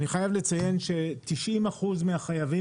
אני חייב לציין ש-90 אחוזים מהחייבים